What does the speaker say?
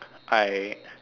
I